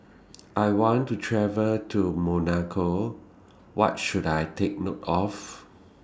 I want to travel to Monaco What should I Take note of